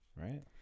Right